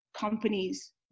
companies